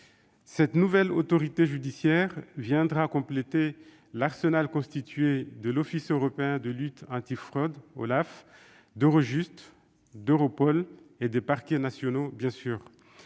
Cette nouvelle autorité judiciaire viendra compléter l'arsenal constitué de l'Office européen de lutte antifraude (OLAF), d'Eurojust, d'Europol et des parquets nationaux.